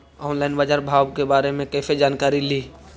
Online बाजार भाव के बारे मे कैसे जानकारी ली?